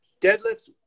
Deadlifts